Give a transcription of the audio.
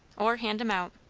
or hand em out.